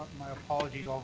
my apologies,